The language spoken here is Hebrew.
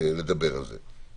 לדבר על זה.